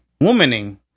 womaning